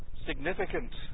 significant